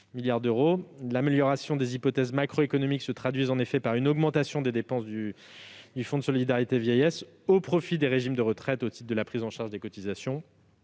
L'amélioration des hypothèses macroéconomiques se traduit par une augmentation des dépenses du FSV au profit des régimes de retraite, au titre de la prise en charge des cotisations.